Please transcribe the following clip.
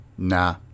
Nah